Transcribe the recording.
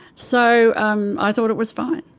so um i thought it was fine.